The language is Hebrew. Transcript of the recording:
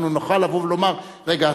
אנחנו נוכל לבוא ולומר: רגע,